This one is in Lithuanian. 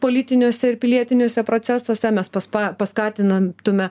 politiniuose ir pilietiniuose procesuose mes pas pa paskatinantume